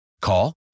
Call